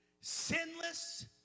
sinless